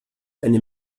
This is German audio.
eine